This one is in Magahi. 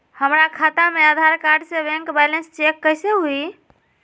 हमरा खाता में आधार कार्ड से बैंक बैलेंस चेक कैसे हुई?